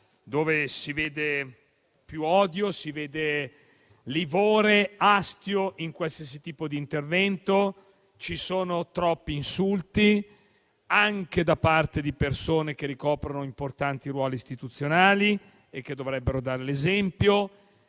cui si vedono più odio, livore e astio in qualsiasi tipo di intervento. Ci sono troppi insulti, anche da parte di persone che ricoprono importanti ruoli istituzionali e che dovrebbero dare l'esempio.